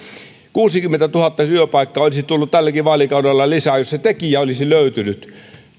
kuusikymmentätuhatta työpaikkaa olisi tullut tälläkin vaalikaudella lisää jos tekijöitä olisi löytynyt